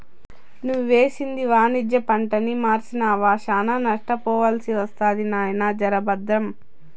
నువ్వేసింది వాణిజ్య పంటని మర్సినావా, శానా నష్టపోవాల్సి ఒస్తది నాయినా, జర బద్రం